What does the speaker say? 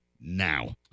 now